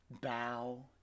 bow